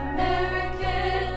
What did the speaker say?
American